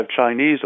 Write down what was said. Chinese